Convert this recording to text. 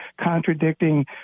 contradicting